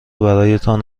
برایتان